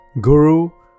guru